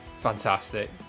Fantastic